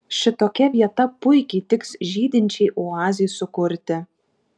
šitokia vieta puikiai tiks žydinčiai oazei sukurti